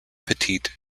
petite